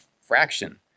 fraction